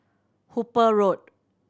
Hooper Road